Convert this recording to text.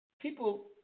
people